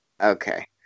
Okay